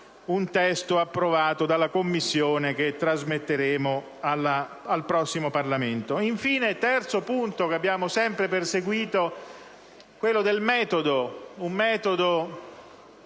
un testo approvato dalla Commissione, che trasmetteremo al prossimo Parlamento). Infine, il terzo punto che abbiamo sempre perseguito è quello del metodo, in particolare